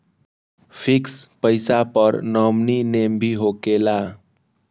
Fix पईसा पर nominee name भी होकेला?